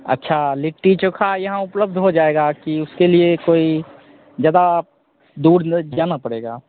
अच्छा लिट्टी चोखा यहाँ उपलब्ध हो जाएगा कि उसके लिए कोई ज़्यादा दूर में जाना पड़ेगा